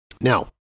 Now